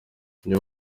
iyo